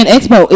Expo